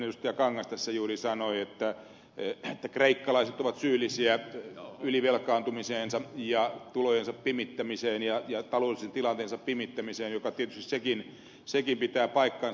kangas tässä juuri sanoi että kreikkalaiset ovat syyllisiä ylivelkaantumiseensa ja tulojensa pimittämiseen ja taloudellisen tilanteensa pimittämiseen joka tietysti sekin pitää paikkansa